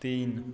तीन